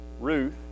Ruth